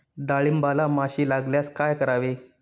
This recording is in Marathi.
डाळींबाला माशी लागल्यास काय करावे?